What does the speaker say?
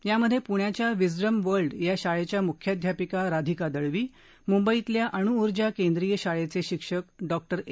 यामधे पुण्याच्या Wisdom World या शाळेच्या मुख्याध्यापिका राधिका दळवी मुंबईतल्या अणूऊर्जा केंद्रिय शाळेचे शिक्षक डॉ ए